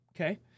okay